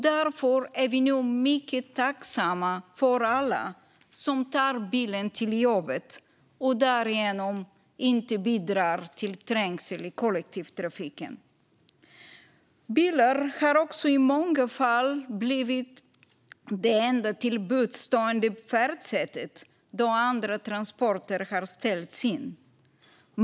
Därför är vi nu mycket tacksamma för alla som tar bilen till jobbet och därigenom inte bidrar till trängsel i kollektivtrafiken. Bilen har också i många fall blivit det enda till buds stående färdsättet, då andra transporter har ställts in.